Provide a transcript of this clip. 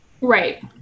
right